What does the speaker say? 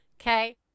okay